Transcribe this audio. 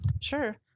Sure